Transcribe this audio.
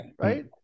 Right